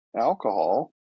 alcohol